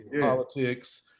politics